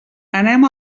anem